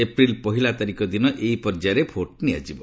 April ପହିଲା ତାରିଖ ଦିନ ଏହି ପର୍ଯ୍ୟାୟରେ ଭୋଟ ନିଆଯିବ